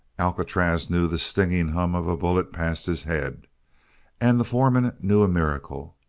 alcatraz knew the stinging hum of a bullet past his head and the foreman knew a miracle.